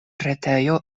retejo